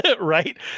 right